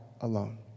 alone